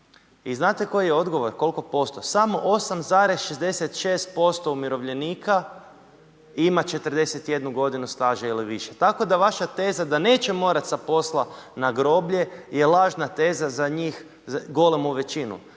i znate koji je odgovor? koliko post? Samo 8,66% umirovljenika ima 41 godinu staža ili više. Tako da vaša teza da neće morat sa posla na groblje je lažna teza za njih, golemu većinu.